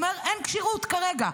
אומר שאין כשירות כרגע.